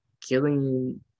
Killing –